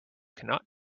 cannot